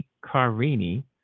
Carini